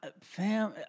Fam